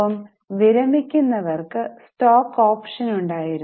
ഒപ്പം വിരമിക്കുന്നവർക് stock option ഉണ്ടായിരുന്നു